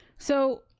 so,